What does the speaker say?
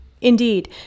Indeed